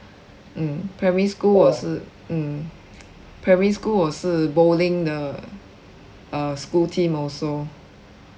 mm primary school 我是 mm primary school 我是 bowling 的 err school team also